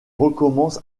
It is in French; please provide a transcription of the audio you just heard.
recommence